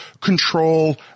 control